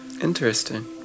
Interesting